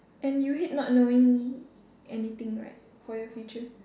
and you hate not knowing anything right for your future